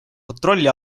kontrolli